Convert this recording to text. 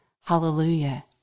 Hallelujah